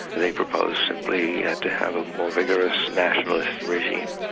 they propose simply to have a more vigorous nationalist regime.